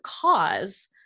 cause